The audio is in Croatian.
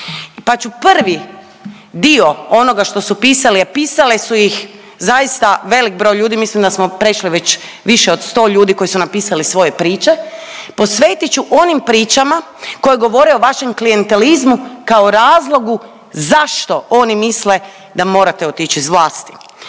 Pa ću prvi dio onoga što su pisali, a pisali su ih zaista velik broj ljudi, mislim da smo prešli već više od 100 ljudi koji su napisali svoje priče. Posvetit ću onim pričama koje govore o vašem klijentelizmu kao razlogu zašto oni misle da morate otić iz vlasti.